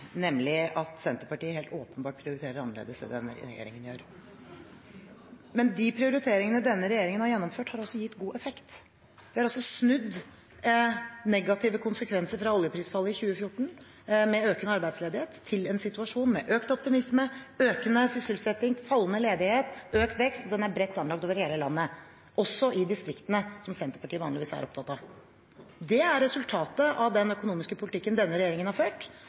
nemlig at Senterpartiet helt åpenbart prioriterer annerledes enn det denne regjeringen gjør. Men de prioriteringene denne regjeringen har gjennomført, har også gitt god effekt. Vi har snudd negative konsekvenser fra oljeprisfallet i 2014, med økende arbeidsledighet, til en situasjon med økt optimisme, økende sysselsetting, fallende ledighet og økt vekst, og den er bredt anlagt over hele landet, også i distriktene, som Senterpartiet vanligvis er opptatt av. Det er resultatet av den økonomiske politikken denne regjeringen har ført.